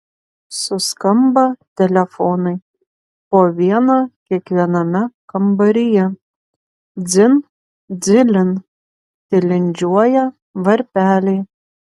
suskamba telefonai po vieną kiekviename kambaryje dzin dzilin tilindžiuoja varpeliai